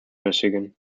michigan